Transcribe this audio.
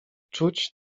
czuć